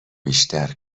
بیشتر